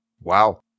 wow